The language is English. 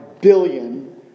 billion